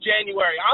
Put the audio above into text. January